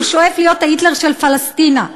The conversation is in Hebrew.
שהוא שואף להיות ההיטלר של פלשתינה,